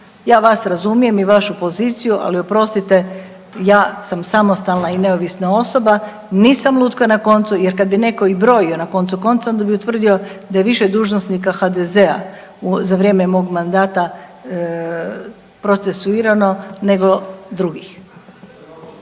Ja vas razumijem i vašu poziciju, ali oprostite, ja sam samostalna osoba, nisam lutka na koncu, jer kad bi netko i brojio, na koncu konca, onda bi utvrdio da je više dužnosnika HDZ-a za vrijeme mog mandata procesuirano nego drugih.